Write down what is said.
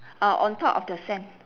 uh on top of the sand